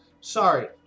sorry